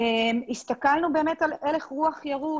הסתכלנו על הלך רוח ירוד.